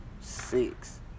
six